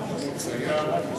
צייר.